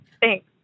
thanks